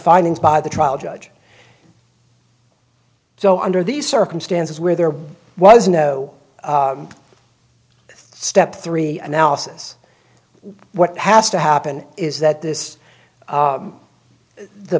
findings by the trial judge so under these circumstances where there was no step three analysis what has to happen is that this